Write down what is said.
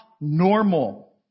normal